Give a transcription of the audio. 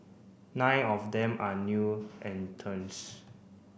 nine of them are new